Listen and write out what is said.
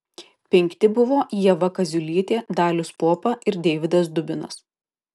penkti buvo ieva kaziulytė dalius popa ir deividas dubinas